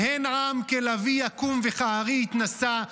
"הן עם כלביא יקום וכארי יתנשא".